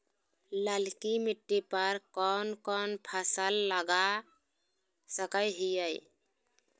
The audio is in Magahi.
ललकी मिट्टी पर कोन कोन फसल लगा सकय हियय?